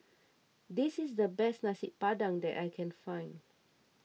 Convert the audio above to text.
this is the best Nasi Padang that I can find